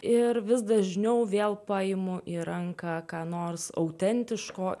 ir vis dažniau vėl paimu į ranką ką nors autentiško